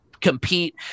compete